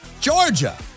Georgia